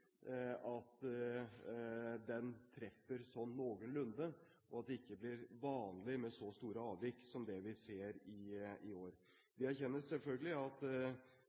ikke blir vanlig med så store avvik som det vi ser i år. Vi erkjenner selvfølgelig at